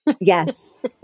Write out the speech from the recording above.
Yes